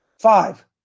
Five